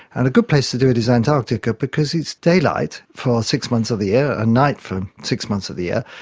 and a good place to do it is antarctica because it's daylight for six months of the year and night for six months of the year.